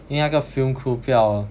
因为那个 film crew 不要